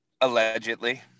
Allegedly